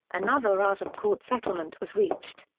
another out-of-court settlement was reached.